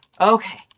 Okay